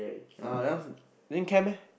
uh that one also then chem eh